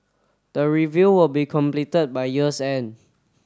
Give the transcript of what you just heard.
the review will be completed by year's end